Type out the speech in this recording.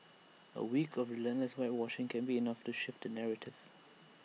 A week of relentless whitewashing can be enough to shift the narrative